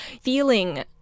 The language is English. feeling